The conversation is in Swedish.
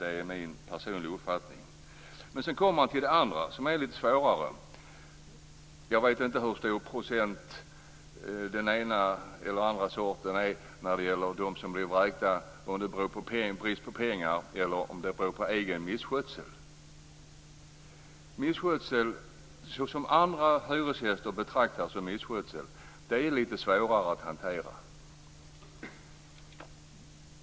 Det är min personliga uppfattning. Sedan kommer jag till den andra frågan, som är lite svårare. Jag vet inte hur stor procent den ena eller den andra sorten representerar när det gäller de vräkta - om det beror på brist på pengar eller på egen misskötsel. Misskötsel, det som andra hyresgäster betraktar som misskötsel, är lite svårare att hantera.